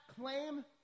claim